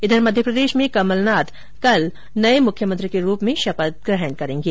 इधर मध्यप्रदेश में कमलनाथ कल नये मुख्यमंत्री के रूप में शपथ ग्रहण करेगें